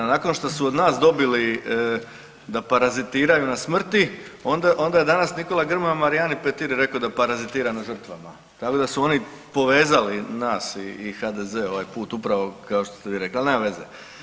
Nakon što su od nas dobili da parazitiraju na smrti, onda je danas Nikola Grmoja Marijani Petir rekao da parazitira na žrtvama, tako da su oni povezali nas i HDZ ovaj put upravo kao što vi rekli, ali nema veze.